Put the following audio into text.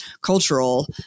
cultural